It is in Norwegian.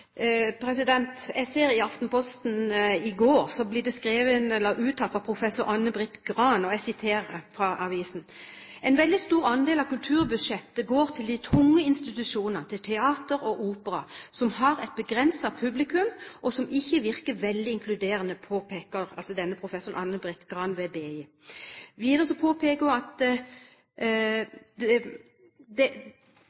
Jeg ser at i Aftenposten i går skrev professor Anne-Brit Gran følgende: «En veldig stor andel av kulturbudsjettet går til de tunge institusjonene, til teater og opera, som har et begrenset publikum og som ikke virker veldig inkluderende.» Dette skriver altså professor ved BI Anne-Brit Gran. Videre påpeker hun at det gjøres ingen nye, «store grep som kunne endre på det grunnleggende i fordelingen» fra departementet. Og videre: